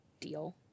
deal